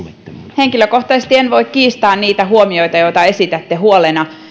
henkilökohtaisesti en voi kiistää niitä huomioita joita esitätte huolena